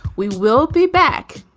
we will be back.